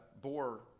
bore